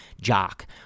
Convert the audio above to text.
Jock